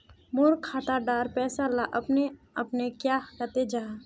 मोर खाता डार पैसा ला अपने अपने क्याँ कते जहा?